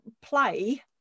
play